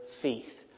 faith